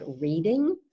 reading